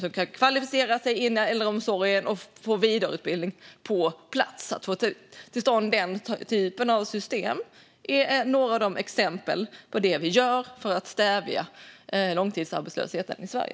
De kan kvalificera sig in i äldreomsorgen och få vidareutbildning på plats. Att få till stånd sådana här typer av system är några exempel på det vi gör för att stävja långtidsarbetslösheten i Sverige.